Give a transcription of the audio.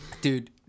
Dude